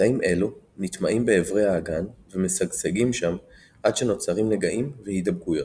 תאים אלו נטמעים באברי האגן ומשגשגים שם עד שנוצרים נגעים והידבקויות.